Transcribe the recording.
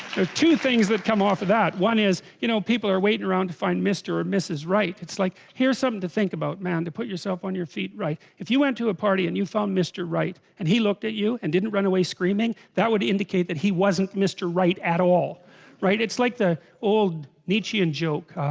two things that come off of that one is you know people are waiting around to find mr. or mrs right it's like here's something to about man to put yourself on your feet right if you went to a party and you found mr. right and he looked at you and didn't run away, screaming that would indicate that he, wasn't mr. right at all right it's like the old nietzsche and joke